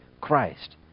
Christ